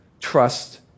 trust